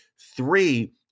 Three